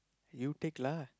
you take lah